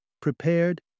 prepared